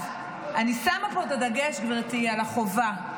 אני שמה את הדגש, גברתי, על החובה,